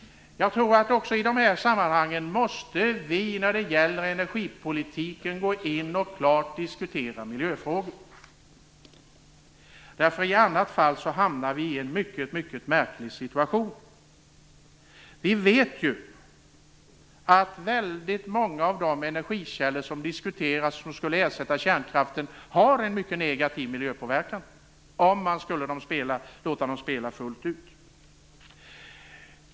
Jag tror helt klart att vi i de energipolitiska sammanhangen måste gå in och diskutera miljöfrågor. I annat fall hamnar vi i en mycket märklig situation. Vi vet ju att väldigt många av de energikällor som diskuteras som kärnkraftens ersättare har en mycket negativ miljöpåverkan, om man skulle satsa på dem fullt ut.